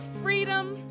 freedom